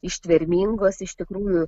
ištvermingos iš tikrųjų